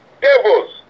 devils